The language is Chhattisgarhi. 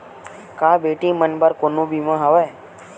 का बेटी मन बर कोनो बीमा हवय?